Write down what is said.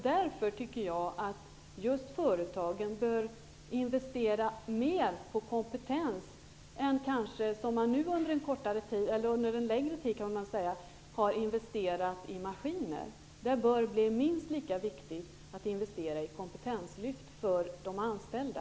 Jag tycker därför att företagen mer bör investera mer i kompetens än vad de har gjort under en längre tid, när de har investerat mer i maskiner. Det bör bli minst lika viktigt att investera i kompetenslyft för de anställda.